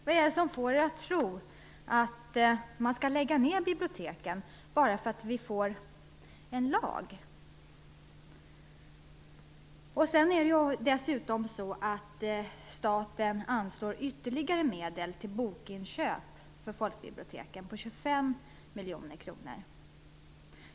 Vad är det som får er att tro att man skall lägga ned biblioteken bara för att vi får en lag? Dessutom anslår ju staten ytterligare medel till bokinköp för folkbiblioteken. Det handlar om 25 miljoner kronor.